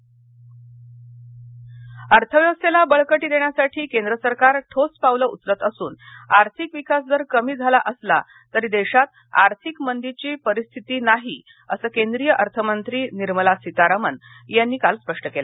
राज्यसभा अर्थव्यवस्थेला बळकटी देण्यासाठी केंद्र सरकार ठोस पावलं उचलत असून आर्थिक विकास दर कमी झाला असला तरी देशात आर्थिक मंदीची परिस्थिती नाही असं केंद्रीय अर्थमंत्री निर्मला सीतारामन यांनी काल स्पष्ट केलं